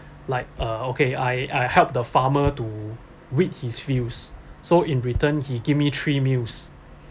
like uh okay I I help the farmer to wheat his fields so in return he give me three meals